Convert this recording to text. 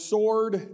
Sword